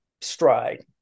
stride